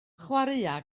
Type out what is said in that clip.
chwaraea